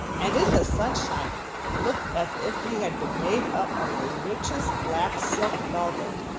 and in the sunshine looked as if he had been made up of the richest black silk velvet,